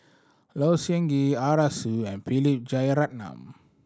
Low Siew Nghee Arasu and Philip Jeyaretnam